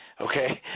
Okay